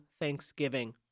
Thanksgiving